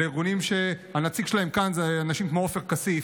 אלה ארגונים שהנציג שלהם כאן זה אנשים כמו עופר כסיף,